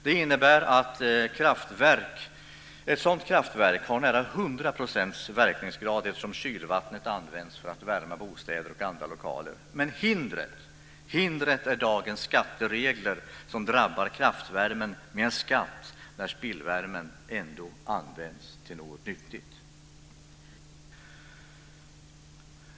Det innebär att ett sådant kraftverk har nära 100 % verkningsgrad eftersom kylvattnet används för att värma bostäder och andra lokaler. Men hindret är dagens skatteregler som drabbar kraftvärmen med en skatt när spillvärmen ändå används till något nyttigt.